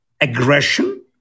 aggression